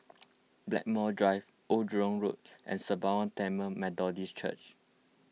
Blackmore Drive Old Jurong Road and Sembawang Tamil Methodist Church